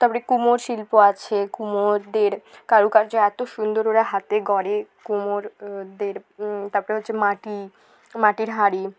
তাপরে কুমোর শিল্প আছে কুমোরদের কারুকার্য এত সুন্দর ওরা হাতে গড়ে কুমোরদের তাপরে হচ্ছে মাটি মাটির হাড়ি